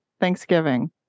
Thanksgiving